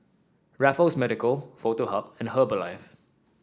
Raffles Medical Foto Hub and Herbalife